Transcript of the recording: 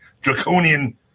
draconian